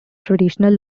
traditional